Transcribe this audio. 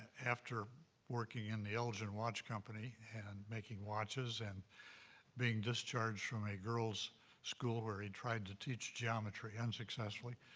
after working in the elgin watch company and making watches and being discharged from a girls' school where he tried to teach geometry unsuccessfully.